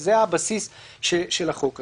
זה הבסיס של החוק הזה.